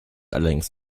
allerdings